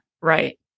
Right